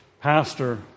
pastor